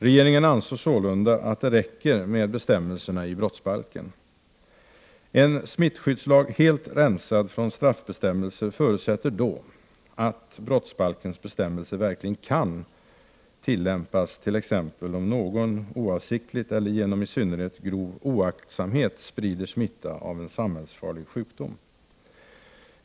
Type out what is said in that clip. Regeringen anser sålunda att det räcker med bestämmelserna i brottsbalken. En smittskyddslag helt rensad från straffbestämmelser förutsätter då att brottsbalkens bestämmelser verkligen kan tillämpas, t.ex. om någon avsiktligt eller genom i synnerhet grov oaktsamhet sprider smitta av en samhällsfarlig sjukdom.